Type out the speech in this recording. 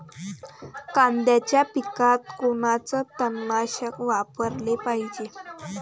कांद्याच्या पिकात कोनचं तननाशक वापराले पायजे?